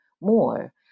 more